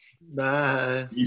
Bye